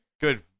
Good